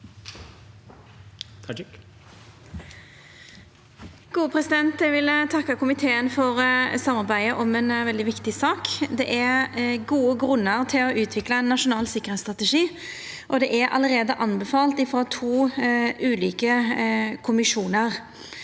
for saka): Eg vil takka komiteen for samarbeidet om ei veldig viktig sak. Det er gode grunnar til å utvikla ein nasjonal sikkerheitsstrategi, og det er allereie anbefalt av to ulike kommisjonar.